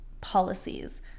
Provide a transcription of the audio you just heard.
policies